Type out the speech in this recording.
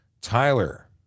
Tyler